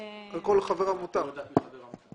את לא יודעת מי חבר עמותה.